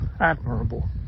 admirable